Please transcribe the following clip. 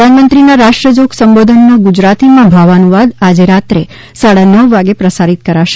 પ્રધાનમંત્રીના રાષ્ટ્રજોગ સંબોધનનો ગુજરાતીમાં ભાવાનુવાદ આજે રાત્રે સાડા નવ વાગે પ્રસારીત કરાશે